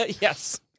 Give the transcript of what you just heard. Yes